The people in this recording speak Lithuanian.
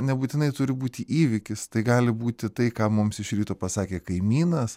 nebūtinai turi būti įvykis tai gali būti tai ką mums iš ryto pasakė kaimynas